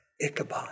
Ichabod